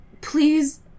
Please